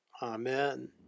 Amen